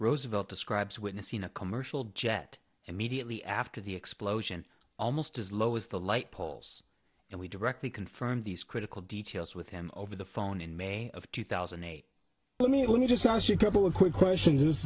describes witnessing a commercial jet immediately after the explosion almost as low as the light poles and we directly confront these critical details with him over the phone in may of two thousand and eight let me let me just ask you a couple of quick question